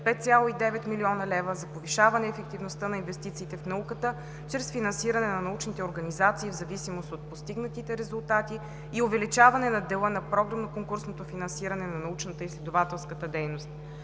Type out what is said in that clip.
5,9 млн., за повишаване ефективността на инвестициите в науката чрез финансиране на научните организации в зависимост от постигнатите резултати и увеличаване на дела на програмно-конкурсното финансиране на научната и изследователската дейност;